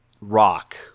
rock